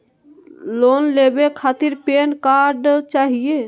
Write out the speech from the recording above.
Loan लेवे खातीर PAN card चाहियो?